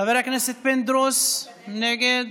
חבר הכנסת פינדרוס, נגד.